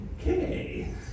Okay